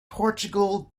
portugal